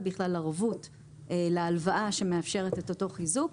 ערבות להלוואה שמאפשרת את אותו חיזוק,